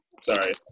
Sorry